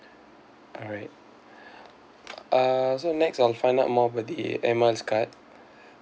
alright uh so next I'll find out more about the air miles card